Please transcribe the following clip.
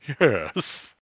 Yes